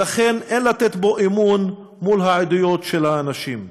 ולכן אין לתת בו אמון מול העדויות של האנשים.